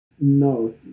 No